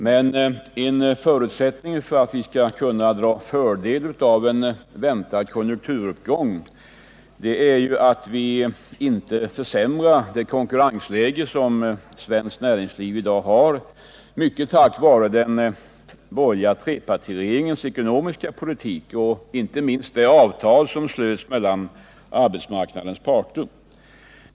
Men en förutsättning för att vi skall kunna dra fördel av en väntad konjunkturuppgång är att vi inte försämrar det konkurrensläge som svenskt näringsliv i dag har, mycket tack vare den borgerliga trepartiregeringens ekonomiska politik och, inte minst, det avtal som slöts mellan arbetsmarknadens parter.